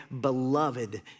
beloved